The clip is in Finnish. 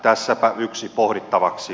tässäpä yksi pohdittavaksi